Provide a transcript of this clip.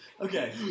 Okay